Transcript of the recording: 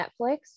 Netflix